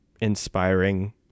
inspiring